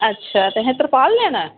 अच्छा तुसें तिरपाल लैना ऐ